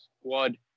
squad